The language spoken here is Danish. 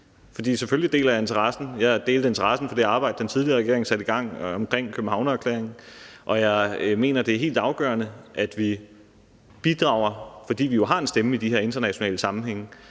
Jeg delte interessen for det arbejde, som den tidligere regering satte i gang, om Københavnererklæringen, og jeg mener, det er helt afgørende, at vi, fordi vi jo har en stemme i de her internationale sammenhænge,